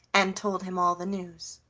and told him all the news.